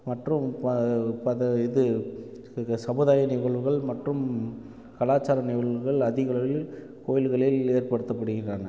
மற்றும் பார்த்தா இது இது சமுதாய நிகழ்வுகள் மற்றும் கலாச்சார நிகழ்வுகள் அதிகளவில் கோயில்களில் ஏற்படுத்தப்படுகின்றன